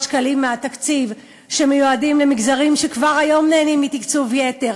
שקלים מהתקציב שמיועדים למגזרים שכבר היום נהנים מתקצוב יתר,